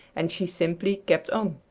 and she simply kept on.